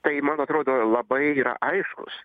tai man atrodo labai yra aiškus